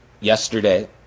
yesterday